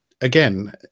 again